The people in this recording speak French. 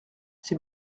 c’est